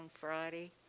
Friday